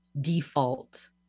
default